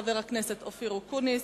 חבר הכנסת אופיר אקוניס,